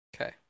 Okay